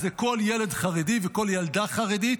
אז לכל ילד חרדי ולכל ילדה חרדית